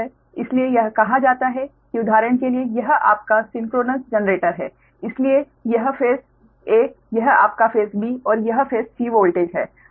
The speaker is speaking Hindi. इसलिए यह कहा जाता है कि उदाहरण के लिए यह आपका सिंक्रोनस जनरेटर है इसलिए यह फेस a यह आपका फेस b और यह फेस c वोल्टेज है